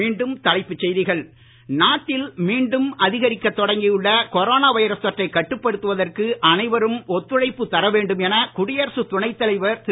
மீண்டும் தலைப்புச் செய்திகள் நாட்டில் மீண்டும் அதிகரிக்க தொடங்கியுள்ள கொரோனா வைரஸ் தொற்றை கட்டுப்படுத்துவதற்கு அனைவரும் ஒத்துழைப்புத் தர வேண்டும் என குடியரசு துணை தலைவர் திரு